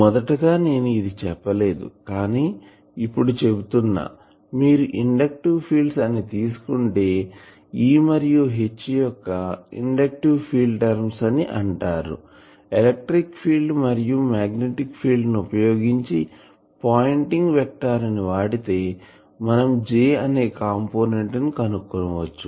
మొదటగా నేను ఇది చెప్పలేదు కానీ ఇప్పుడు చెబుతున్న మీరు ఇండక్టివ్ ఫీల్డ్స్ అని తీసుకుంటే E మరియు H యొక్క ఇండక్టివ్ ఫీల్డ్ టర్మ్స్ అని అంటారు ఎలక్ట్రిక్ ఫీల్డ్ మరియు మాగ్నెటిక్ ఫీల్డ్ ని ఉపయోగించి పాయింటింగ్ వెక్టార్ ని వాడితే మనం J అనే కంపోనెంట్ ని కనుక్కోవచ్చు